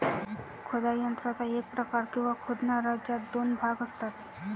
खोदाई यंत्राचा एक प्रकार, किंवा खोदणारा, ज्यात दोन भाग असतात